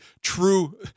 true